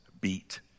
beat